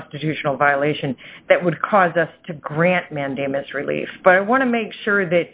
constitutional violation that would cause us to grant mandamus relief but i want to make sure that